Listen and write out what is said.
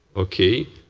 okay,